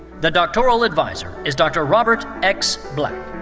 the doctoral adviser is dr. robert x. black.